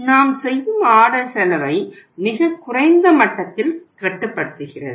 நாம் செய்யும் ஆர்டர் செலவை மிகக் குறைந்த மட்டத்தில் கட்டுப்படுத்துகிறது